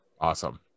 awesome